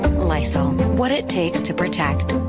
lysol what it takes to protect.